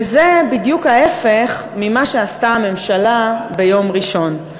וזה בדיוק ההפך ממה שעשתה הממשלה ביום ראשון.